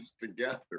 together